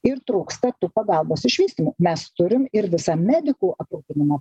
ir trūksta tų pagalbos išvystymų mes turim ir visą medikų aprūpinimo